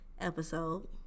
episode